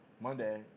Monday